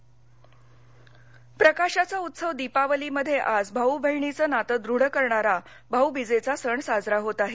राजकीय दिवाळी प्रकाशाचा उत्सव दीपावलीमध्ये आज भाऊ बहिणीचं नातं दृढ करणारा भाऊबीजेचा सण साजरा होत आहे